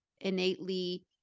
innately